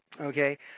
okay